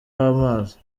w’amazi